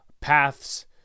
paths